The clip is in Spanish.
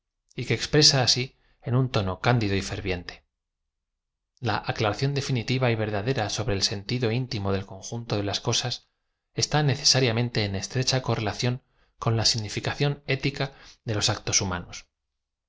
y que expresa asi en un tono cándido y ferviente l a aclaración definitiva y verdadera sobre e l sentido in tim o del conjunto de las cosas está necesariamente en estrecha correlación con la significación ética de los actos humados